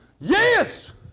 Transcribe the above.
Yes